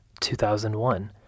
2001